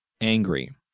angry